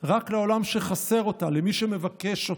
רק לעולם שחסר אותה, למי שמבקש אותה,